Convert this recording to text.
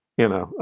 you know,